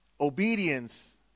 Obedience